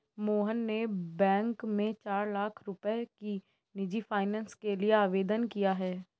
मोहन ने बैंक में चार लाख रुपए की निजी फ़ाइनेंस के लिए आवेदन किया है